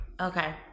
Okay